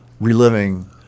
reliving